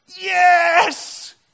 Yes